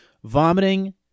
Vomiting